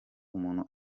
umuntu